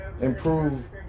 improve